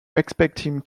expecting